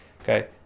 Okay